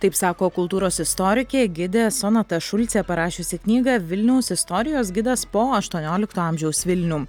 taip sako kultūros istorikė gidė sonata šulcė parašiusi knygą vilniaus istorijos gidas po aštuoniolikto amžiaus vilnių